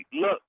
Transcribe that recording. look